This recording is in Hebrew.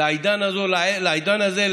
לעידן הזה,